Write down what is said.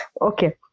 Okay